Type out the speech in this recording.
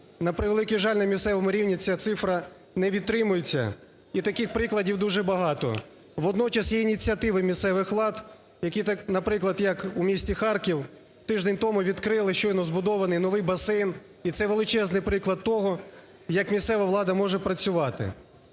На превеликий жаль, на місцевому рівні ця цифра не витримується, і таких прикладів дуже багато. Водночас є ініціативи місцевих влад, які, наприклад, як у місті Харків тиждень тому відкрили щойно збудований новий басейн, і це величезний приклад того, як місцева влада може працювати.